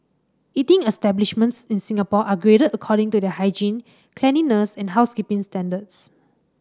eating establishments in Singapore are graded according to their hygiene cleanliness and housekeeping standards